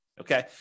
Okay